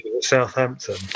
Southampton